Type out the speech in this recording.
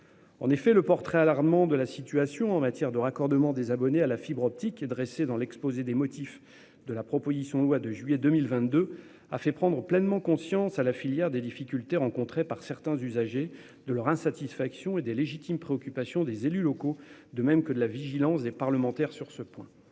à la description alarmante de la situation en matière de raccordement des abonnés à la fibre optique effectuée dans l'exposé des motifs de la proposition de loi de juillet 2022, les acteurs de la filière ont pris pleinement conscience des difficultés rencontrées par certains usagers, de leur insatisfaction et des légitimes préoccupations des élus locaux, de même que de la vigilance des parlementaires sur ce sujet.